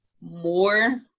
More